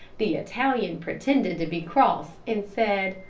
the italian pretended to be cross, and said,